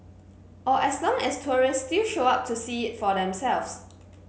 or as long as tourists still show up to see it for themselves